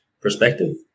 perspective